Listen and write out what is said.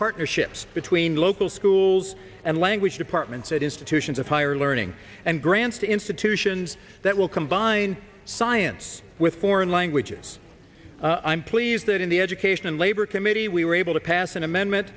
partnerships between local schools and language departments at institutions of higher learning and grants to institutions that will combine science with foreign languages i'm pleased that in the education and labor committee we were able to pass an amendment